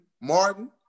Martin